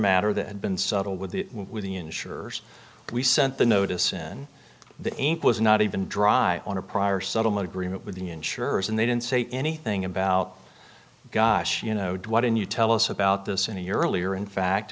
matter the had been subtle with the with the insurers we sent the notice in the eight was not even dry on a prior settlement agreement with the insurers and they didn't say anything about gosh you know why don't you tell us about this any earlier in in fact